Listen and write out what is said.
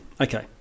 Okay